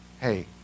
hey